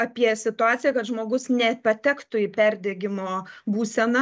apie situaciją kad žmogus nepatektų į perdegimo būseną